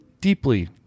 deeply